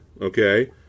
okay